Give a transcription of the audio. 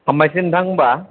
हामबायसै नोंथां होनबा